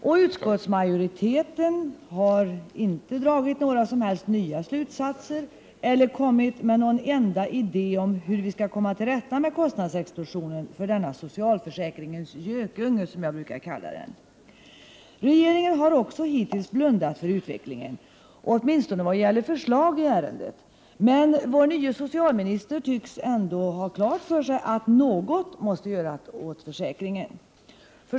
Och utskottsmajoriteten har inte dragit några som helst nya slutsatser eller kommit med någon enda idé om hur vi skall komma till rätta med kostnadsexplosionen för denna socialförsäkringens gökunge, som jag brukar kalla den. Regeringen har också hittills blundat för utvecklingen — åtminstone vad gäller förslag i ärendet, men vår nye socialminister tycks åtminstone ha klart för sig att något måste göras åt försäkringen.